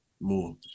more